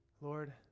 Lord